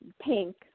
pink